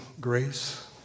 grace